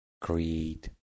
create